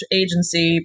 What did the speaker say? agency